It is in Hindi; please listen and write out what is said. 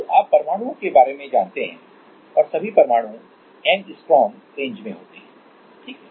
तो आप परमाणुओं के बारे में जानते हैं और सभी परमाणु एंगस्ट्रॉम रेंज में होते हैं ठीक है